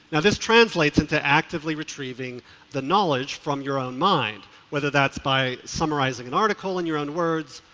yeah this translates into actively retrieving the knowledge from your own mind. whether that's by summarizing an article in your own words,